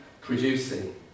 producing